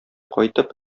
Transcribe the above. кайтып